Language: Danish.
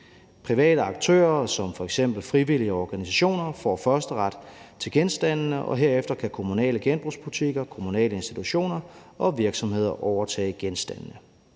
Private aktører som f.eks. frivillige organisationer får førsteret til genstandene, og herefter kan kommunale genbrugsbutikker, kommunale institutioner og virksomheder overtage genstandene.